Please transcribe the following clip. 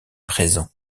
présent